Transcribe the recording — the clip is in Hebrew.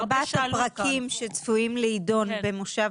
זה ארבעת הפרקים שצפויים להידון במושב